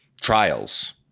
trials